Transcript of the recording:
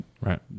right